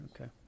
okay